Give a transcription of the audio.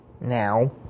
now